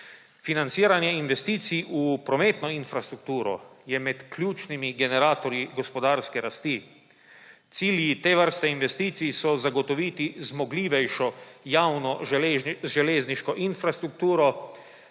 Financiranje investicij v prometno infrastrukturo je med ključnimi generatorji gospodarske rasti. Cilji te vrste investicij so zagotoviti zmogljivejšo javno železniško infrastrukturo